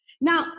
Now